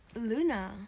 Luna